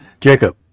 Jacob